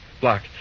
block